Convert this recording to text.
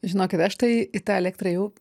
žinokit aš tai į tą elektrą ėjau